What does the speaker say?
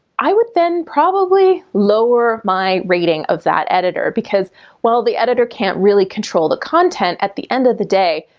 i would then probably lower my rating of that editor because while the editor can't really control the content, at the end of the day,